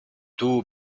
two